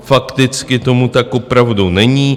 Fakticky tomu tak opravdu není.